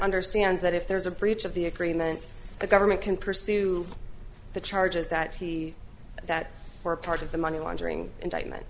understands that if there's a breach of the agreement the government can pursue the charges that he that are part of the money laundering indictment